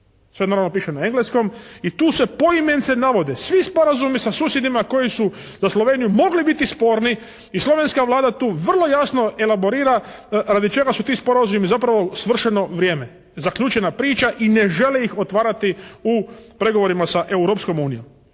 Sve normalno piše na engleskom. I tu se poimenice navode svi sporazumi sa susjedima koji su za Sloveniju mogli sporni. I slovenska Vlada tu vrlo jasno elaborira radi čega su ti sporazumi zapravo svršeno vrijeme, zaključena priča i ne žele ih otvarati u pregovorima sa Europskom uniji.